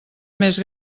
més